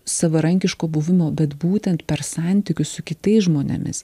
savarankiško buvimo bet būtent per santykius su kitais žmonėmis